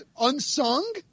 unsung